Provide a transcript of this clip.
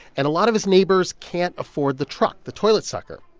and a lot of his neighbors can't afford the truck, the toilet sucker.